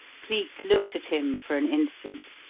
cleek looked at him for an instant.